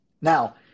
Now